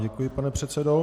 Děkuji vám, pane předsedo.